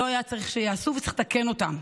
לא היה צריך שייעשו, וצריך לתקן אותם.